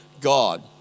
God